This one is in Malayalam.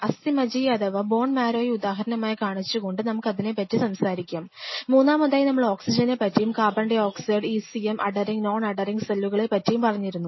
അസ്ഥിമജ്ജയെ അഥവാ ബോൺമാരോയെയെ ഉദാഹരണമായി കാണിച്ചുകൊണ്ട് നമുക്ക് അതിനെ പറ്റി സംസാരിക്കാം മൂന്നാമതായി നമ്മൾ ഓക്സിജനെ പറ്റിയും carbon dioxide ECM adhering non adhering സെല്ലുകളെ പറ്റിയും പറഞ്ഞിരുന്നു